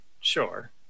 sure